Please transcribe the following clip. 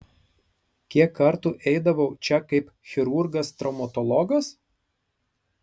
kiek kartų eidavau čia kaip chirurgas traumatologas